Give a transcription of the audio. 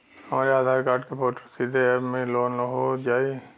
हमरे आधार कार्ड क फोटो सीधे यैप में लोनहो जाई?